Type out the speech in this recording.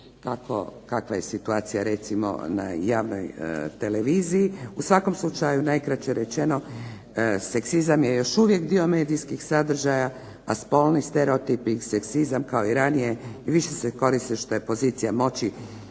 kakva je situacija recimo na javnoj televiziji. U svakom slučaju najkraće rečeno seksizam je još uvijek dio medijskih sadržaja, a spolni stereotipi i seksizam kao ranije više se koriste što je pozicija moći